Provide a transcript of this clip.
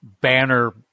banner